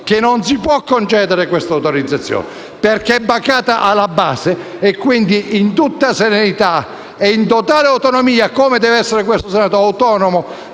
non si può concedere l'autorizzazione, perché è bacata alla base. Quindi, in tutta serenità e in totale autonomia, come deve avvenire in questo Senato, autonomo